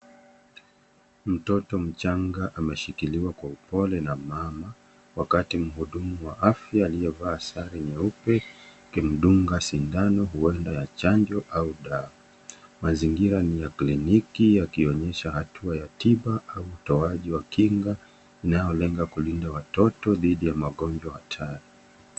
Mtoto mchanga ameshikiliwa kwa upole na mama wakati mhudumu wa afya aliyevaa sare nyeupe akimdunga sindano huenda ya chanjo au dawa. Mazingira ni ya kliniki yakionyesha hatua ya tiba au utoaji wa kinga inayolenga kulinda watoto dhidi ya magonjwa hatari.